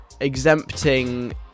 exempting